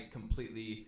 completely